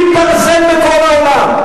תתפרסם בכל העולם.